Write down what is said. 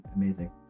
amazing